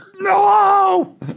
no